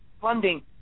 funding